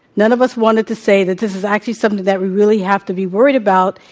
none of us wanted to say that this is actually something that we really have to be worried about,